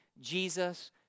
Jesus